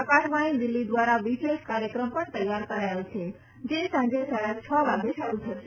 આકાશવાણી દિલ્હી દ્વારા વિશેષ કાર્યક્રમ પણ તૈયાર કરાયો છે જે સાંજે સાડા હ વાગે શરૂ થશે